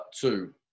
two